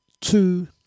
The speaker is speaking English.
two